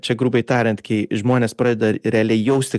čia grubiai tariant kai žmonės pradeda realiai jausti